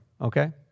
Okay